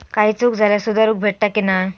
काही चूक झाल्यास सुधारक भेटता की नाय?